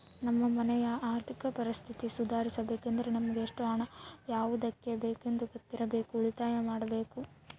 ನಮ್ಮ ಮನೆಯ ಆರ್ಥಿಕ ಪರಿಸ್ಥಿತಿ ಸುಧಾರಿಸಬೇಕೆಂದರೆ ನಮಗೆ ಎಷ್ಟು ಹಣ ಯಾವುದಕ್ಕೆ ಬೇಕೆಂದು ಗೊತ್ತಿರಬೇಕು, ಉಳಿತಾಯ ಮಾಡಬೇಕು